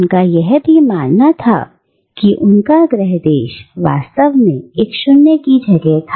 उनका भी यही मानना था कि उनका ग्रह देश वास्तव में एक शून्य की जगह था